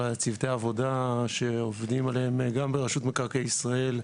צוותי העבודה שעובדים עליהם גם ברשות מקרקעי ישראל,